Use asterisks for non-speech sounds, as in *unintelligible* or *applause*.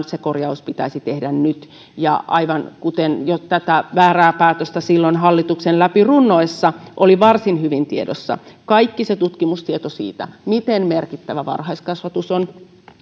*unintelligible* se korjaus pitäisi tehdä nyt aivan kuten jo silloin hallituksen tätä väärää päätöstä läpi runnoessa oli varsin hyvin tiedossa kaikki se tutkimustieto siitä miten merkittävä varhaiskasvatus on